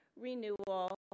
renewal